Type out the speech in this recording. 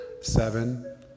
Seven